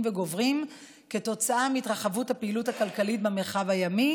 וגוברים כתוצאה מהתרחבות הפעילות הכלכלית במרחב הימי,